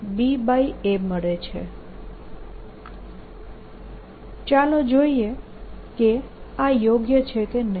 12LI20I24πlnL02πln ચાલો જોઈએ કે આ યોગ્ય છે કે નહિ